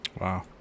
Wow